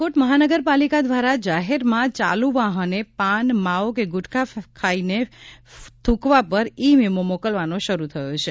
રાજકોટ મહાનગરપાલિકા દ્વારા જાહેરમાં ચાલુ વાહને પાન માવા કે ગુટખા ફાકીને થૂંકવા પર ઇ મેમો મોકલવાનો શરૂ થયો છે